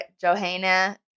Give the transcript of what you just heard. Johanna